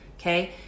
okay